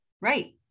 Right